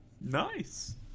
Nice